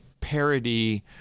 parody